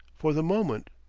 for the moment,